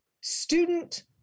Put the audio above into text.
student